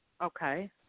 Okay